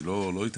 אני לא התעמקתי,